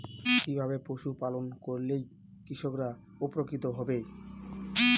কিভাবে পশু পালন করলেই কৃষকরা উপকৃত হবে?